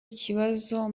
ikibazo